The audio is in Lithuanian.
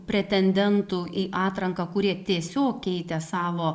pretendentų į atranką kurie tiesiog keitė savo